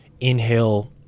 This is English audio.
inhale